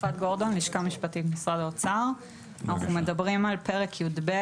אנחנו מדברים על פרק י"ב,